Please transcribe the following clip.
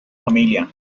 familia